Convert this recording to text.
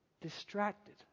distracted